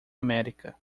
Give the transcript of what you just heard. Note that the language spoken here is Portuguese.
américa